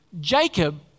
Jacob